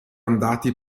andati